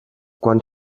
quan